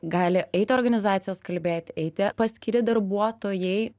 gali eiti organizacijos kalbėti eiti paskiri darbuotojai